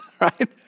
right